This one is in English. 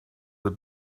the